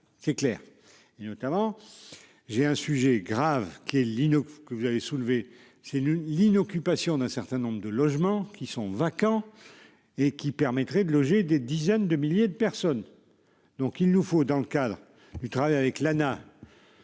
C'est clair et notamment. J'ai un sujet grave qui est lino que vous avez soulevées c'est l'inoccupation d'un certain nombre de logements qui sont vacants et qui permettrait de loger des dizaines de milliers de personnes. Donc il nous faut dans le cadre du travail avec